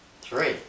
three